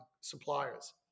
suppliers